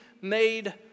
made